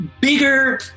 bigger